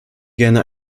gerne